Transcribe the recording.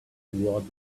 what